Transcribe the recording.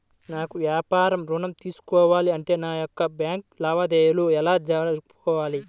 నాకు వ్యాపారం ఋణం తీసుకోవాలి అంటే నా యొక్క బ్యాంకు లావాదేవీలు ఎలా జరుపుకోవాలి?